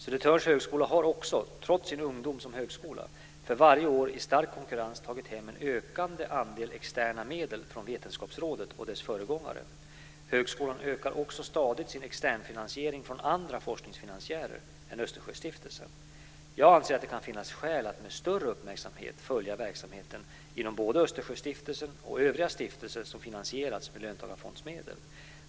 Södertörns högskola har också, trots sin ungdom som högskola, för varje år i stark konkurrens tagit hem en ökande andel externa medel från Vetenskapsrådet och dess föregångare. Högskolan ökar också stadigt sin externfinansiering från andra forskningsfinansiärer än Östersjöstiftelsen. Jag anser att det kan finnas skäl att med större uppmärksamhet följa verksamheten inom både Östersjöstiftelsen och övriga stiftelser som finansierats med löntagarfondsmedel.